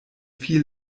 viel